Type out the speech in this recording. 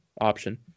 option